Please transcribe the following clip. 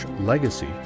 legacy